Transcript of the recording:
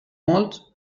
molts